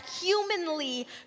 humanly